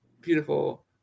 beautiful